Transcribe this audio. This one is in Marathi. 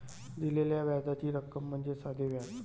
दिलेल्या व्याजाची रक्कम म्हणजे साधे व्याज